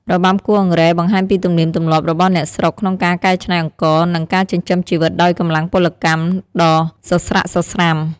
របាំគោះអង្រែ បង្ហាញពីទំនៀមទម្លាប់របស់អ្នកស្រុកក្នុងការកែច្នៃអង្ករ និង ការចិញ្ចឹមជីវិតដោយកម្លាំងពលកម្ម ដ៏សស្រាក់សស្រាំ។